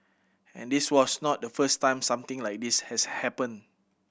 and this was not the first time something like this has happened